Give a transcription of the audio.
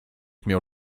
miał